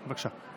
בבקשה.